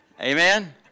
Amen